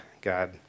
God